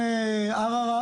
הקרובה?